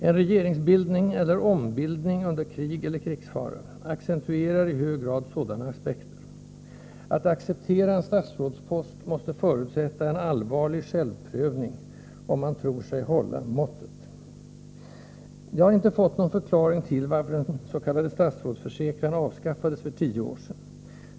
En regeringsbildning eller regeringsombildning under krig eller krigsfara accentuerar i hög grad sådana aspekter. Att acceptera en statsrådspost måste förutsätta en allvarlig självprövning — om man tror sig hålla måttet. Jag har inte fått någon förklaring till varför den s.k. statsrådsförsäkran avskaffades för tio år sedan.